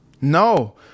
No